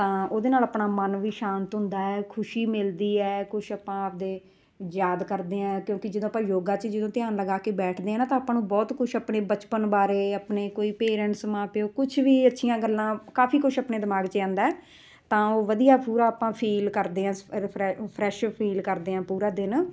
ਤਾਂ ਉਹਦੇ ਨਾਲ ਆਪਣਾ ਮਨ ਵੀ ਸ਼ਾਂਤ ਹੁੰਦਾ ਹੈ ਖੁਸ਼ੀ ਮਿਲਦੀ ਹੈ ਕੁਛ ਆਪਾਂ ਆਪਦੇ ਯਾਦ ਕਰਦੇ ਹਾਂ ਕਿਉਂਕਿ ਜਦੋਂ ਆਪਾਂ ਯੋਗਾ 'ਚ ਜਦੋਂ ਧਿਆਨ ਲਗਾ ਕੇ ਬੈਠਦੇ ਹਾਂ ਨਾ ਤਾਂ ਆਪਾਂ ਨੂੰ ਬਹੁਤ ਕੁਛ ਆਪਣੇ ਬਚਪਨ ਬਾਰੇ ਆਪਣੇ ਕੋਈ ਪੇਰੈਂਟਸ ਮਾਂ ਪਿਓ ਕੁਛ ਵੀ ਅੱਛੀਆਂ ਗੱਲਾਂ ਕਾਫੀ ਕੁਛ ਆਪਣੇ ਦਿਮਾਗ 'ਚ ਆਉਂਦਾ ਤਾਂ ਉਹ ਵਧੀਆ ਪੂਰਾ ਆਪਾਂ ਫੀਲ ਕਰਦੇ ਹਾਂ ਰਿਫਰੈ ਫਰੈਸ਼ ਫੀਲ ਕਰਦੇ ਹਾਂ ਪੂਰਾ ਦਿਨ